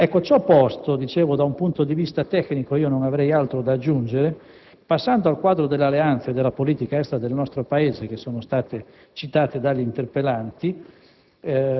Ciò posto, da un punto di vista tecnico non avrei altro da aggiungere. Passando al quadro delle alleanze e della politica estera del nostro Paese che sono state citate dagli interpellanti,